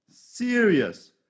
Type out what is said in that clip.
serious